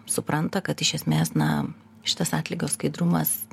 supranta kad iš esmės na šitas atlygio skaidrumas